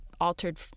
altered